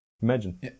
Imagine